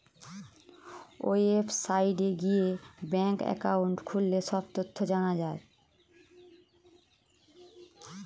ওয়েবসাইটে গিয়ে bank account খুললে সব তথ্য জানা যায়